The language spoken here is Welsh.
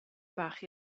bach